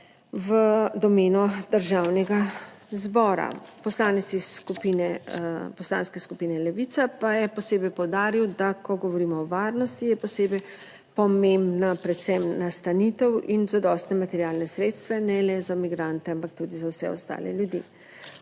v domeno Državnega zbora. Poslanec iz skupine Poslanske skupine Levica pa je posebej poudaril, da ko govorimo o varnosti, je posebej pomembna predvsem nastanitev in zadostna materialna sredstva, ne le za migrante, ampak tudi za vse ostale ljudi.